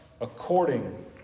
according